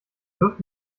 wirft